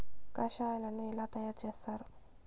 కషాయాలను ఎలా తయారు చేస్తారు?